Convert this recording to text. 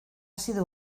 sido